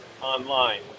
online